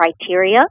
criteria